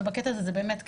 ובקטע הזה זה באמת הכנסת,